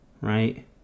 right